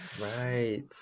Right